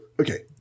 okay